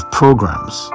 programs